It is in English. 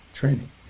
training